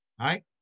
right